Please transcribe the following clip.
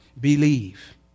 Believe